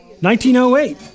1908